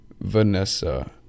Vanessa